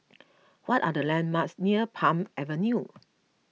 what are the landmarks near Palm Avenue